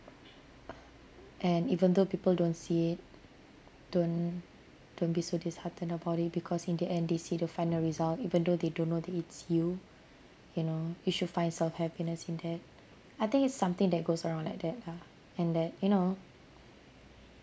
uh and even though people don't see it don't don't be so disheartened about it because in the end they see the final result even though they don't know that it's you you know you should find self happiness in that I think it's something that goes around like that lah and that you know